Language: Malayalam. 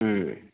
മ്മ്